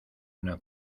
una